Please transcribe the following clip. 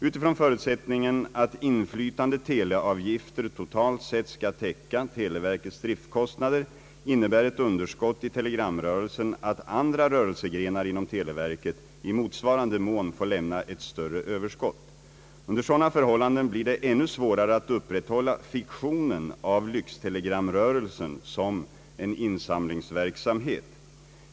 Utifrån förutsättningen att inflytande teleavgifter totalt sett skall täcka televerkets driftkostnader innebär ett underskott i telegramrörelsen, att andra rörelsegrenar inom televerket i motsvarande mån får lämna ett större Ööverskott. Under sådana förhållanden blir det ännu svårare att upprätthålla fiktionen av lyxtelegramrörelsen som en insamlingsverksamhet.